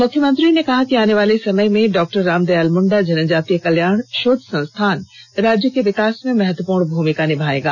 मुख्यमंत्री ने कहा कि आने वाले समय में डॉक्टर रामदयाल मुंडा जनजातीय कल्याण शोध संस्थान राज्य के विकास में महत्वपूर्ण भूमिका निभाएगा